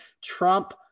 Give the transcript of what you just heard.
Trump